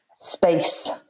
space